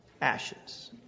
Ashes